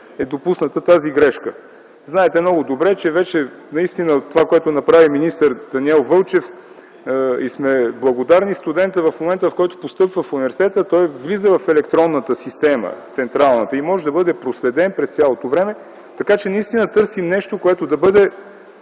е допусната тази грешка. Знаете много добре, че наистина това, което направи министър Даниел Вълчев и сме благодарни, студентът в момента, в който постъпва в университета, влиза в централната електронна система и може да бъде проследен през цялото време. Ние наистина търсим нещо, което да бъде